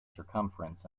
circumference